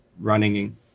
running